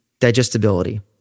digestibility